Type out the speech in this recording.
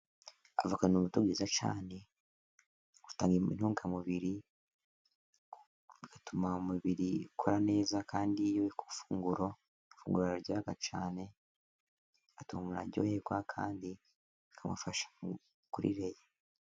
Avoka ni urubuto rwiza cyane, rutanga intungamubiri, bigatuma umubiri ukora neza ,kandi iyo ruri ku ifunguro, ifunguro riraryoha cyane, ituma aryoherwa kandi rikamufasha mu mikurire ye.